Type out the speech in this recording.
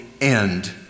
end